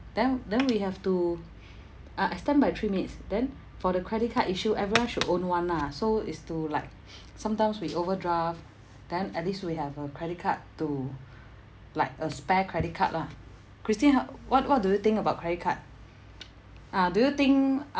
then then we have to uh extend by three minutes then for the credit card issue everyone should own one ah so it's to like sometimes we overdraft then at least we have a credit card to like a spare credit card lah christine ho~ what what do you think about credit card ah do you think